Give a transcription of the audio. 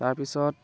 তাৰপিছত